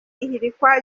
ihirikwa